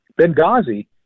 Benghazi